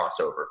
crossover